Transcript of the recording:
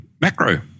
macro